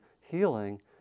healing